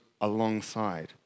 alongside